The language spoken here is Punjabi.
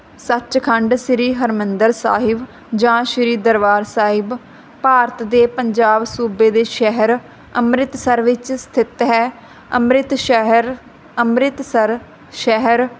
ਸੱਚਖੰਡ ਸ੍ਰੀ ਹਰਿਮੰਦਰ ਸਾਹਿਬ ਜਾਂ ਸ੍ਰੀ ਦਰਬਾਰ ਸਾਹਿਬ ਭਾਰਤ ਦੇ ਪੰਜਾਬ ਸੂਬੇ ਦੇ ਸ਼ਹਿਰ ਅੰਮ੍ਰਿਤਸਰ ਵਿੱਚ ਸਥਿਤ ਹੈ ਅੰਮ੍ਰਿਤ ਸ਼ਹਿਰ ਅੰਮ੍ਰਿਤਸਰ ਸ਼ਹਿਰ